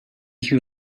who